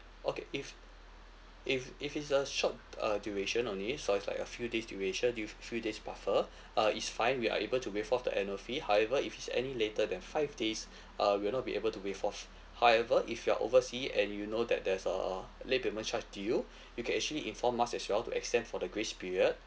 okay if if if it's a short uh duration only so it's like a few days duration du~ f~ few days buffer uh it's fine we are able to waive off the annual fee however if it's any later than five days uh we will not be able to waive off however if you're oversea and you know that there's a late payment charge due you can actually inform us as well to extend for the grace period